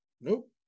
nope